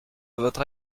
votre